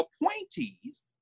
appointees